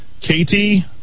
Katie